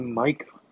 Mike